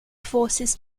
forces